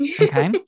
Okay